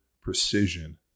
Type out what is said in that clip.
precision